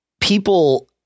people